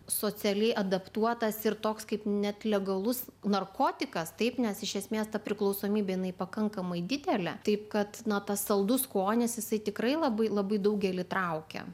socialiai adaptuotas ir toks kaip net legalus narkotikas taip nes iš esmės ta priklausomybė jinai pakankamai didelė taip kad na tas saldus skonis jisai tikrai labai labai daugelį įtraukia